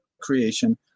creation